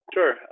Sure